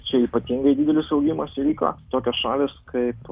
čia ypatingai didelis augimas įvyko tokios šalys kaip